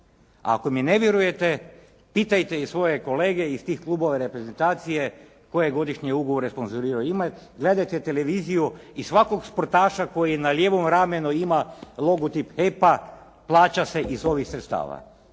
Ako mi ne vjerujete pitajte i svoje kolege iz tih klubova reprezentacije koje godišnje ugovore sponzoriraju. Gledajte televiziju i svakog sportaša koji na lijevom ramenu ima logotip HEP-a, plaća se iz ovih sredstava.